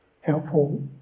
helpful